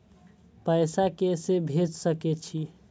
पैसा के से भेज सके छी?